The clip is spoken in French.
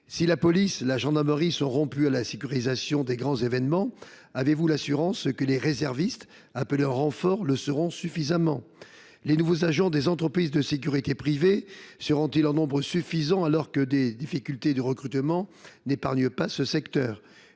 Si la police et la gendarmerie sont rompues à la sécurisation des grands événements, avez vous l’assurance que les réservistes appelés en renfort le seront suffisamment ? Les nouveaux agents des entreprises de sécurité privées seront ils en nombre suffisant, alors que les difficultés de recrutement n’épargnent pas ce secteur ?